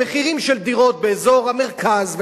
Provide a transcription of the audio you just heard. במחירים של דירות באזור המרכז,